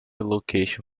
location